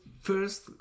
first